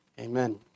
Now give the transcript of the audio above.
amen